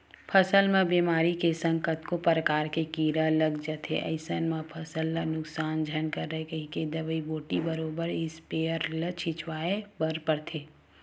फसल म बेमारी के संग कतको परकार के कीरा लग जाथे अइसन म फसल ल नुकसान झन करय कहिके दवई बूटी बरोबर इस्पेयर ले छिचवाय बर परथे